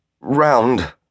Round